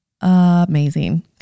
amazing